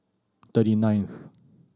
thirty ninth